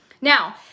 Now